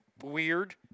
Weird